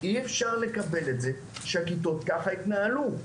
אי אפשר לקבל את זה שהכיתות ככה יתנהלו.